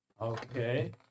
Okay